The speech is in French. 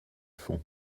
fond